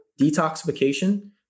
detoxification